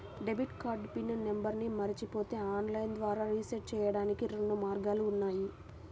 debit card pin నంబర్ను మరచిపోతే online ద్వారా రీసెట్ చెయ్యడానికి రెండు మార్గాలు ఉన్నాయి